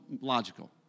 logical